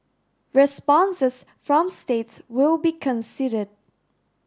responses from states will be considered